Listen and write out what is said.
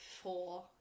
four